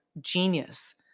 genius